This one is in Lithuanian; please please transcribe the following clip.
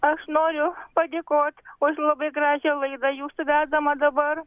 aš noriu padėkot už labai gražią laidą jūsų vedamą dabar